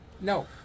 no